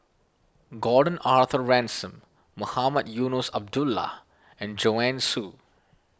Gordon Arthur Ransome Mohamed Eunos Abdullah and Joanne Soo